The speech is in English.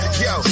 yo